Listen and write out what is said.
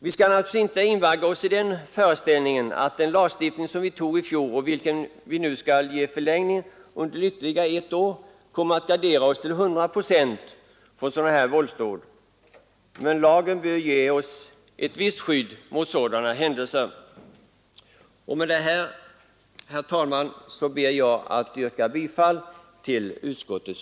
Vi skall naturligtvis inte invagga oss i föreställningen att den lagstiftning som vi fattade beslut om i fjol och vars giltighet vi nu skall förlänga med ytterligare ett år kommer att till 100 procent gardera oss mot sådana våldsdåd. Men lagen bör ge oss ett visst skydd mot sådana händelser. Med detta, herr talman, ber jag att få yrka bifall till utskottets